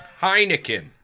Heineken